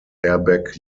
airbag